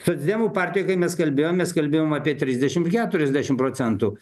socdemų partijoj kai mes kalbėjom mes kalbėjom apie trisdešim ir keturiasdešim procentų